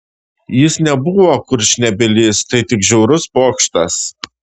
jis nebuvo kurčnebylis tai tik žiaurus pokštas